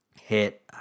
hit